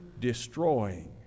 destroying